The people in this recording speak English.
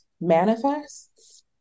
manifests